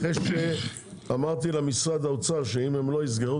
אחרי שאמרתי למשרד האוצר שאם הם לא יסגרו